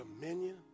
dominion